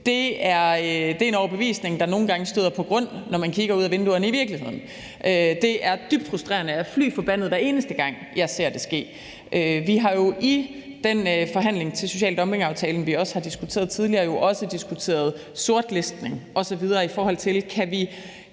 Det er en overbevisning, der nogle gange støder på grund, når man kigger ud ad vinduerne på virkeligheden. Det er dybt frustrerende, og jeg er fly forbandet, hver eneste gang jeg ser det ske. Vi har i den forhandling til social dumping-aftalen, vi også har diskuteret tidligere, jo også diskuteret sortlistning osv., i forhold til om vi